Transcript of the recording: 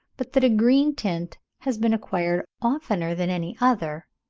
but that a green tint has been acquired oftener than any other,